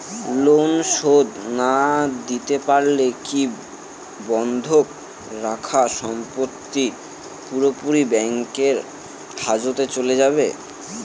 Loan শোধ না দিতে পারলে কি বন্ধক রাখা সম্পত্তি পুরোপুরি ব্যাংকের হেফাজতে চলে যাবে?